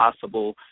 possible